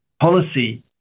policy